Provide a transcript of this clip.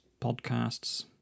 podcasts